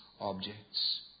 objects